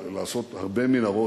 לעשות הרבה מנהרות,